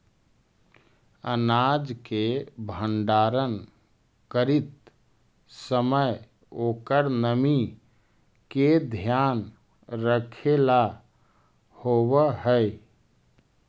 अनाज के भण्डारण करीत समय ओकर नमी के ध्यान रखेला होवऽ हई